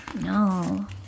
No